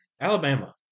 alabama